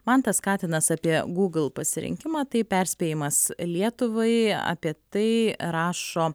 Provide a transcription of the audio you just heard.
mantas katinas apie google pasirinkimą tai perspėjimas lietuvai apie tai rašo